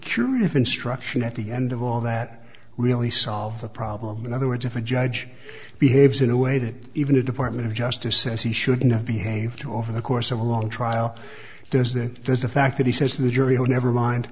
curious instruction at the end of all that really solves the problem in other words if a judge behaves in a way that even the department of justice says he shouldn't have behaved too over the course of a long trial does that there's the fact that he says to the jury oh never mind